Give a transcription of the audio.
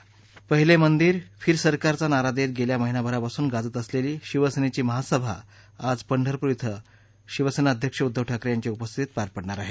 पहिले मंदिर फिर सरकार चा नारा देत गेल्या महिनाभरापासून गाजत असलेली शिवसेनेची महासभा आज पंढरप्र येथे शिवसेना अध्यक्ष उद्घव ठाकरे यांच्या उपस्थितीत पार पडणार आहे